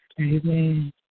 Amen